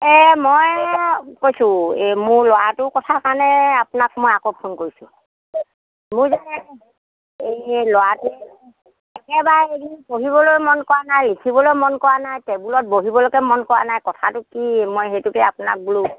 এই মই কৈছোঁ এই মোৰ ল'ৰাটোৰ কথা কাৰণে আপোনাক মই আকৌ ফোন কৰিছোঁ মোৰ যেনে এই ল'ৰাটোৱে একেবাৰে এইকেইদিন পঢ়িবলৈ মন কৰা নাই লিখিবলৈ মন কৰা নাই টেবুলত বহিবলৈকে মন কৰা নাই কথাটো কি মই সেইটোকে আপোনাক বোলো